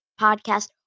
podcast